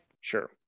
sure